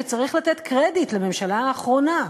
וצריך לתת קרדיט לממשלה האחרונה,